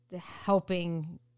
helping